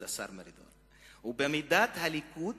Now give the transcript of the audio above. כבוד השר מרידור, "ובמידת הליכוד